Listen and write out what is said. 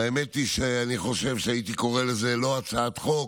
והאמת היא שאני חושב שהייתי קורא לזה לא הצעת חוק